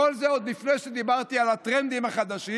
כל זה עוד לפני שדיברתי על הטרנדים החדשים,